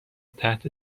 تحت